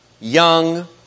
young